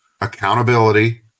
accountability